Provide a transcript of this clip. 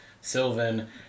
Sylvan